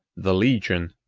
the legion,